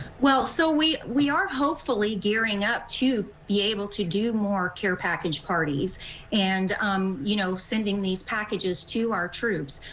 so we we are hopefully gearing up to be able to do more care package parties and um you know sending these packages to our troops